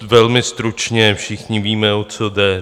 Velmi stručně, všichni víme, o co jde.